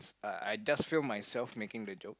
I I just feel myself making video